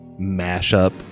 mashup